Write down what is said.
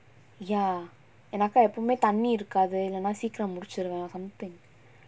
ya எனக்கா எப்பவுமே தண்ணி இருக்காது இல்லனா சீக்கரம் முடுச்சுருவேன்:enakka eppavumae thanni irukkathu illanaa seekaram muduchuruvaen something